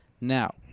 Now